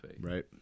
Right